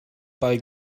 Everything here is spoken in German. ball